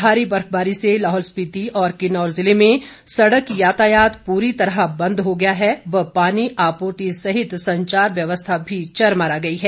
भारी बर्फबारी से लाहौल स्पिति और किन्नौर ज़िले में सड़क यातायात पूरी तरह बंद हो गया है और पानी आपूर्ति सहित संचार व्यवस्था भी चरमरा गई है